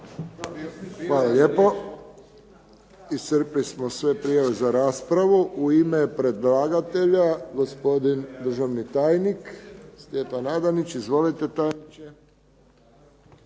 Hvala lijepo. Iscrpili smo sve prijave za raspravu. U ime predlagatelja, gospodin državni tajnik Stjepan Adanić. Izvolite tajniče.